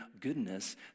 goodness